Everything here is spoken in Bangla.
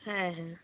হ্যাঁ হ্যাঁ